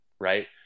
right